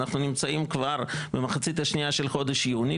אנחנו נמצאים כבר במחצית השנייה של חודש יוני,